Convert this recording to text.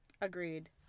Agreed